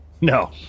no